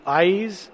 eyes